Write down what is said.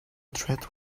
threat